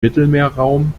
mittelmeerraum